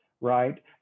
right